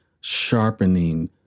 sharpening